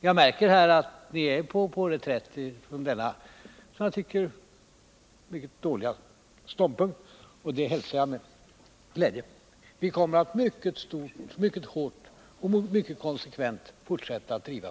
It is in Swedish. Jag märker här att ni är på reträtt från denna som jag tycker mycket dåliga ståndpunkt, och det hälsar jag med glädje. Vi kommer att mycket hårt och mycket konsekvent fortsätta att driva frågan.